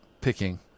picking